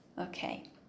Okay